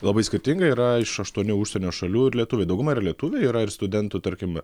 labai skirtinga yra iš aštuonių užsienio šalių ir lietuviai dauguma yra lietuviai yra ir studentų tarkim